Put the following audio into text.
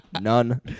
None